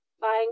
buying